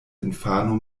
infano